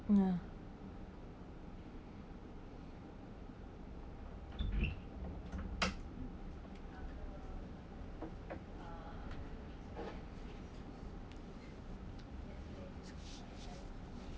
uh